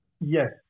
Yes